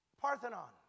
Parthenon